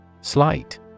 Slight